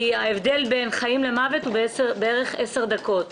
כי ההבדל בין חיים למוות הוא כעשר דקות.